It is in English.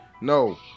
No